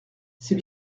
c’est